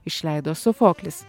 išleido sofoklis